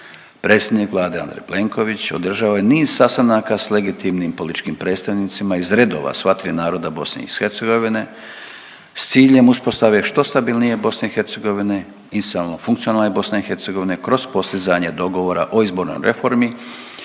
Predsjednik Vlade Andrej Plenković održao je niz sastanaka s legitimnim političkim predstavnicima iz redova sva tri naroda BiH s ciljem uspostave što stabilnije BiH i samo funkcionalne BiH kroz postizanje dogovora o izbornoj reformi